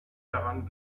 daran